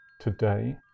Today